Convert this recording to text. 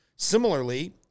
similarly